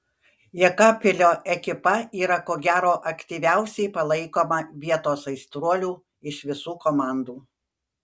jekabpilio ekipa yra ko gero aktyviausiai palaikoma vietos aistruolių iš visų komandų